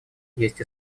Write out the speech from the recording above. есть